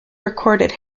recorded